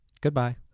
Goodbye